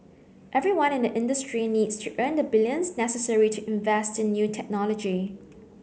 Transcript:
everyone in the industry needs to earn the billions necessary to invest in new technology